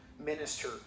minister